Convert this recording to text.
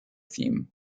theme